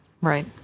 Right